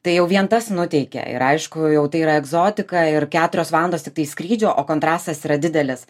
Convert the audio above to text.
tai jau vien tas nuteikia ir aišku jau tai yra egzotika ir keturios valandos tiktai skrydžio o kontrastas yra didelis